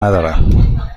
ندارم